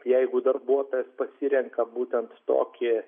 jeigu darbuotojas pasirenka būtent tokį